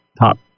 top